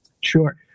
Sure